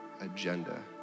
agenda